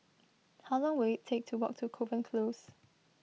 how long will it take to walk to Kovan Close